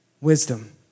wisdom